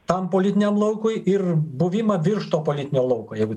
tam politiniam laukui ir buvimą virš to politinio lauko jeigu